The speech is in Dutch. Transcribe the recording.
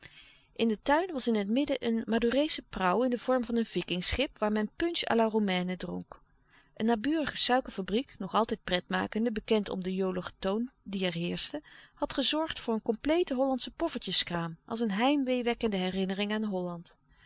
in den tuin was in het midden een madoereesche prauw in den vorm van een viking schip waar men punch à la romaine dronk een naburige suikerfabriek nog altijd pret makende bekend om den joligen toon die er heerschte had gezorgd voor een komplete hollandsche poffertjeskraam als een heimwee wekkende herinnering aan holland